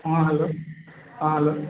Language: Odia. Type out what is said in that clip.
ହଁ ହ୍ୟାଲୋ ହଁ ହ୍ୟାଲୋ